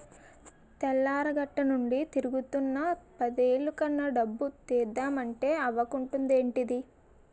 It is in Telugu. తెల్లారగట్టనుండి తిరుగుతున్నా పదేలు కన్నా డబ్బు తీద్దమంటే అవకుంటదేంటిదీ?